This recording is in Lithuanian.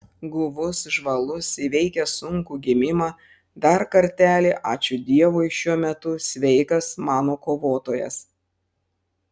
guvus žvalus įveikęs sunkų gimimą dar kartelį ačiū dievui šiuo metu sveikas mano kovotojas